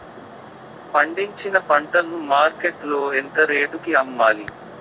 పండించిన పంట ను మార్కెట్ లో ఎంత రేటుకి అమ్మాలి?